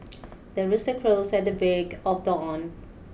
the rooster crows at the break of dawn